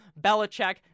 Belichick